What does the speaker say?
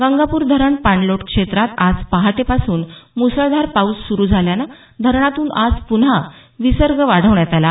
गंगापूर धरण पाणलोट क्षेत्रात आज पहाटेपासून मुसळधार पाऊस सुरु झाल्यानं धरणातून आज पुन्हा विसर्ग वाढवण्यात आला